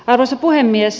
arvoisa puhemies